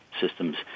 systems